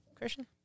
Christian